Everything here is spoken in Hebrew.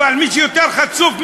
אבל מי שיותר חצוף,